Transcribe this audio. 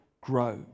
grow